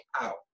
out